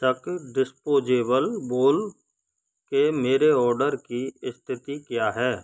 disposable bowl के मेरे order की स्थिति क्या है